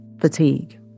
fatigue